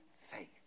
faith